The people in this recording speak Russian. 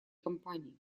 кампании